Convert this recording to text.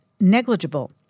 negligible